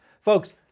folks